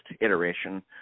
iteration